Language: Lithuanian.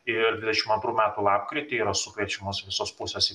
ir dvidešim antrų metų lapkritį yra sukviečiamos visos pusės į